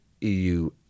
EU